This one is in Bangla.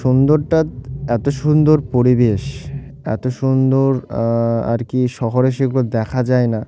সুন্দরটার এত সুন্দর পরিবেশ এত সুন্দর আর কি শহরে সেগুলো দেখা যায় না